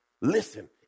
Listen